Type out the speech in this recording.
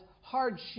hardship